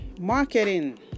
marketing